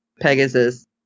Pegasus